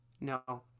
No